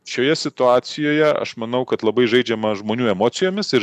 šioje situacijoje aš manau kad labai žaidžiama žmonių emocijomis ir